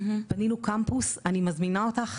בנינו קמפוס, אני מזמינה אותך